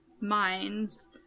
minds